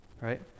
Right